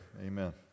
Amen